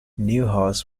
neuhaus